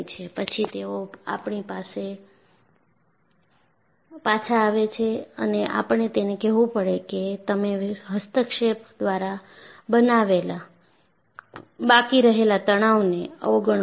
પછી તેઓ આપણી પાસે પાછા આવે છે અને આપણે તેને કહેવું પડે કે તમે હસ્તક્ષેપ દ્વારા બનાવેલા બાકી રહેલા તણાવને અવગણો છો